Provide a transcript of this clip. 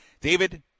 David